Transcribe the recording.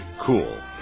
cool